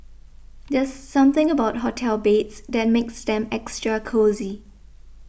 there's something about hotel beds that makes them extra cosy